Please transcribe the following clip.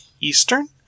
Eastern